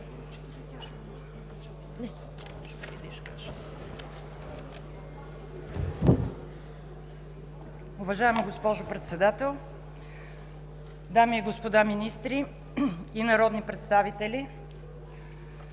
Уважаема госпожо Председател, дами и господа министри и народни представители!